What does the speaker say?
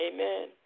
Amen